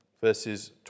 Verses